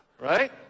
right